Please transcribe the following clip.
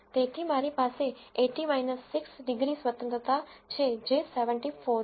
તેથી મારી પાસે 80 6 ડિગ્રી સ્વતંત્રતા છે જે 74 છે